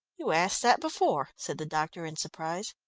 you asked that before, said the doctor in surprise.